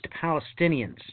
Palestinians